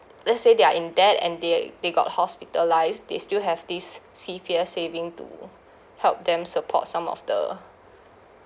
let's say they are in debt and they they got hospitalized they still have this C_P_F saving to help them support some of the